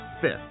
fifth